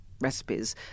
recipes